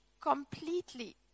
completely